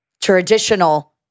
traditional